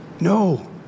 No